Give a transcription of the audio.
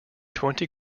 twenty